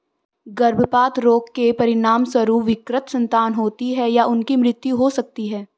गर्भपात रोग के परिणामस्वरूप विकृत संतान होती है या उनकी मृत्यु हो सकती है